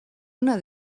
una